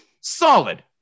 solid